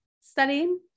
studying